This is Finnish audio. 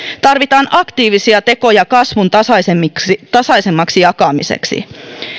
tarvitaan aktiivisia tekoja kasvun tasaisemmaksi tasaisemmaksi jakamiseksi